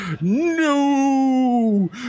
no